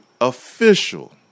official